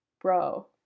bro